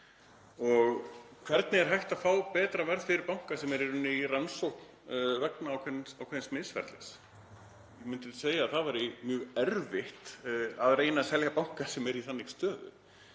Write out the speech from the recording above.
Hvernig er hægt að fá betra verð fyrir banka sem er í rauninni í rannsókn vegna ákveðins misferlis? Ég myndi segja að það væri mjög erfitt að reyna að selja banka sem er í þannig stöðu.